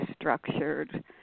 structured